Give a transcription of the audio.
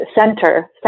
center